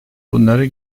bunları